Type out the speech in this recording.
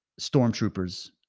stormtroopers